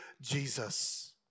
Jesus